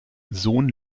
sohn